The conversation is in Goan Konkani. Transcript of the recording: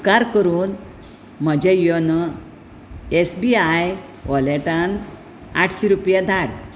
उपकार करून म्हज्या योनो एस बी आय वॉलेटान आठशी रुपया धाड